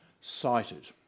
cited